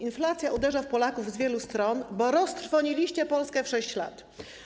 Inflacja uderza w Polaków z wielu stron, bo roztrwoniliście Polskę w 6 lat.